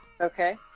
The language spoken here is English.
Okay